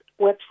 website